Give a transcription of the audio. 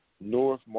North